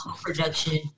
production